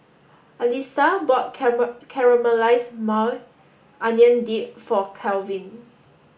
Alisa bought Caramelized Maui Onion Dip for Kalvin